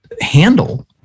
handle